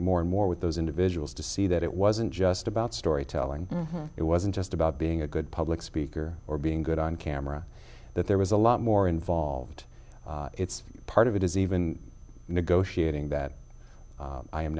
more and more with those individuals to see that it wasn't just about storytelling it wasn't just about being a good public speaker or being good on camera that there was a lot more involved it's part of it is even negotiating that i am